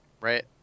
Right